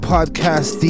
Podcast